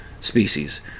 species